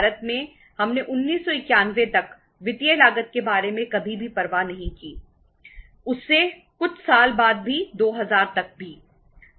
भारत में हमने 1991 तक वित्तीय लागत के बारे में कभी भी परवाह नहीं की उसके कुछ साल बाद भी 2000 तक भी